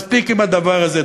מספיק עם הדבר הזה.